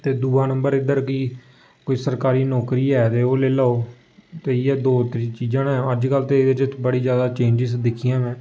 ते दूआ नम्बर इद्धर गी कोई सरकारी नौकरी है ते ओह् लेई लैओ ते इ'यै दो तिन्न चीजां न अजकल्ल ते एह्दे च बड़ी जैदा चेंजिस दिक्खियां में